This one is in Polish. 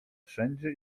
wszędzie